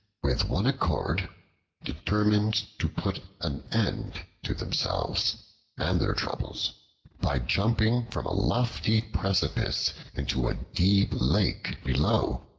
with one accord determined to put an end to themselves and their troubles by jumping from a lofty precipice into a deep lake below.